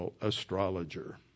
astrologer